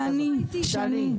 שני,